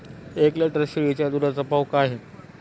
एक लिटर शेळीच्या दुधाचा भाव काय आहे?